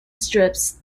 strips